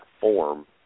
form